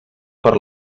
per